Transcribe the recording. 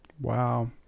Wow